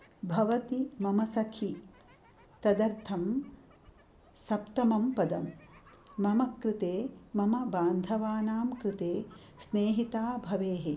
भवती मम सखी तदर्थं सप्तमं पदं मम कृते मम बान्धवानां कृते स्नेहिता भवेः